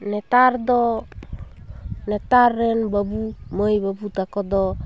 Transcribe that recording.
ᱱᱮᱛᱟᱨ ᱫᱚ ᱱᱮᱛᱟᱨ ᱨᱮᱱ ᱵᱟᱵᱩ ᱢᱟᱹᱭ ᱵᱟᱵᱩ ᱛᱟᱠᱚ ᱫᱚ